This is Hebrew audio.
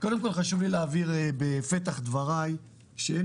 קודם כול חשוב לי להבהיר בפתח דבריי שאין